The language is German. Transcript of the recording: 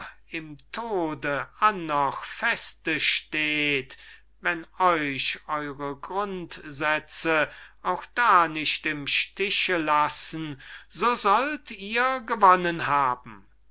im tode annoch feste steht wenn euch eure grundsätze auch da nicht im stiche lassen so sollt ihr gewonnen haben